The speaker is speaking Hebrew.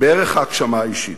בערך ההגשמה האישית.